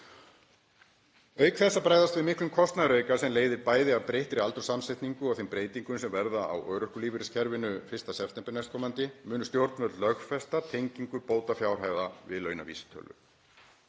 Auk þess að bregðast við miklum kostnaðarauka sem leiðir bæði af breyttri aldurssamsetningu og þeim breytingum sem verða á örorkulífeyriskerfinu 1. september næstkomandi munu stjórnvöld lögfesta tengingu bótafjárhæða við launavísitölu.